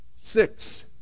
Six